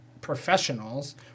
professionals